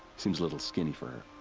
seems a little skinny for